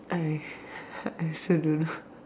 I I also don't know